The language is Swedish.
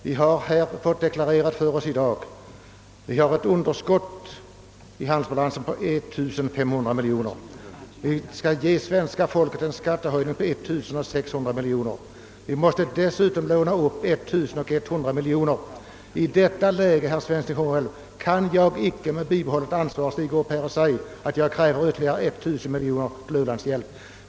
Det har här framhållits för oss att vi har ett underskott i handelsbalansen på 1500 miljoner kronor. Vi skall ge svenska folket en skattehöjning på 1600 miljoner kronor men måste ändå låna 11060 'miljoner kronor. I detta läge, herr Svensson i Kungälv, kan jag icke med bibehållet ansvar stiga fram och kräva ytterligare 1000 miljoner kronor till u-landshjälp.